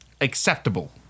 acceptable